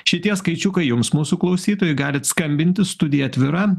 šitie skaičiukai jums mūsų klausytojai galit skambinti studija atvira